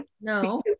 no